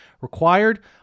required